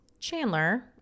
Chandler